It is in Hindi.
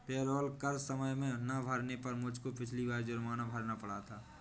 पेरोल कर समय से ना भरने पर मुझको पिछली बार जुर्माना भरना पड़ा था